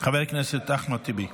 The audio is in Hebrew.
חבר הכנסת אחמד טיבי.